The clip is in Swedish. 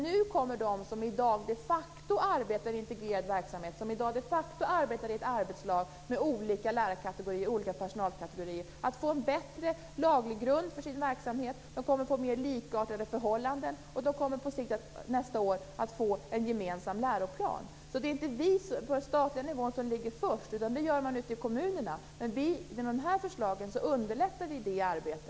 Nu kommer de som i dag de facto arbetar i integrerad verksamhet, som i dag de facto arbetar i ett arbetslag med olika lärarkategorier och personalkategorier, att få en bättre laglig grund för sin verksamhet, de kommer att få mer likartade förhållanden, och de kommer nästa år att få en gemensam läroplan. Det är alltså inte vi på statlig nivå som ligger först, utan det gör man ute i kommunerna, men genom de här förslagen underlättar vi deras arbete.